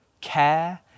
care